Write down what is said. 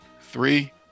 three